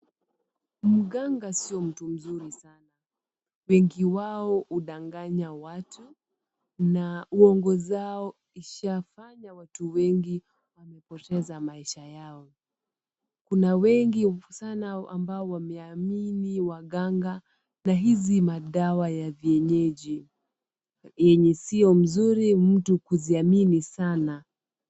Mganga sio mtu mzuri. Wengi wao hudanganya watu, na uongo zao huishia pale ambapo watu wengi hueleza mashida yao. Kuna watu wengi sana ambao wameamini waganga na hizi madawa ya vienyeji yenye sio mzuri mtu kuziamini sana.